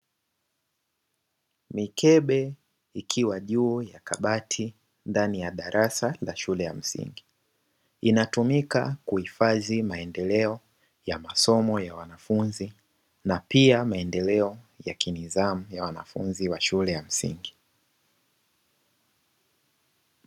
Mikebe ikiwa juu ya kabati ndani ya darasa la shule ya msingi. Inatumika kuhifadhi maendeleo ya masomo ya wanafunzi. Na pia maendeleo ya kinidhamu ya wanafunzi wa shule ya msingi.